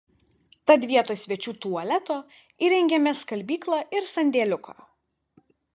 tad vietoj svečių tualeto įrengėme skalbyklą ir sandėliuką